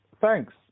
Thanks